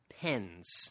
pens